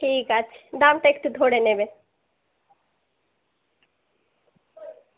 ঠিক আছে দামটা একটু ধরে নেবেন